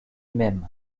même